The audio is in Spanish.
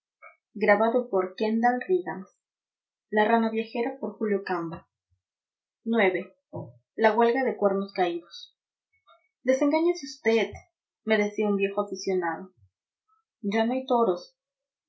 ix la huelga de cuernos caídos desengáñese usted me decía un viejo aficionado ya no hay toros